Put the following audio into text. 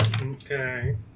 Okay